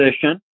position